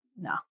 no